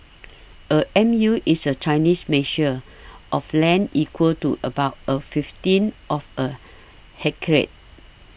a M U is a Chinese measure of land equal to about a fifteen of a hectare